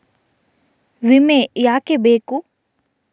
ವಿಮೆ ಯಾಕೆ ಬೇಕು?